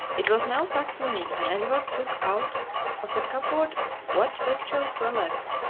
it was now past noon, and edward took out of the cupboard what victuals were left,